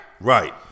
Right